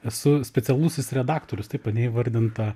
esu specialusis redaktorius taip ane įvardinta